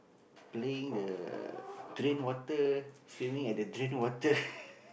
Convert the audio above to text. playing the drain water swimming at the drain water